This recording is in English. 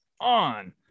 on